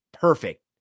perfect